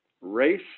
race